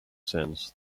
sense